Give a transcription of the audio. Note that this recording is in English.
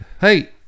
hey